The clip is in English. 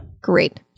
Great